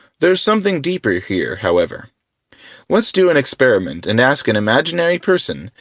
there's something deeper here, however let's do an experiment and ask an imaginary person,